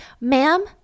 ma'am